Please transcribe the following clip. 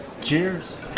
Cheers